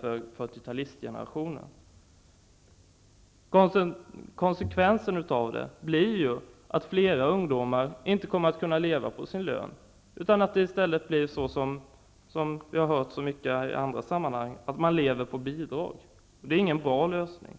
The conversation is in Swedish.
för 40 talistgenerationen. Konsekvensen av det blir att fler ungdomar inte kommer att kunna leva på sin lön. Man kommer att leva på bidrag. Det är ingen bra lösning.